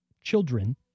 children